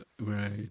Right